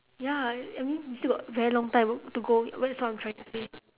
ya I mean we still got very long time to go that's what I'm trying to say